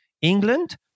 England